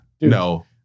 no